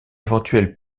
éventuelle